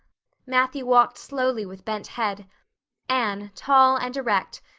matthew walked slowly with bent head anne, tall and erect,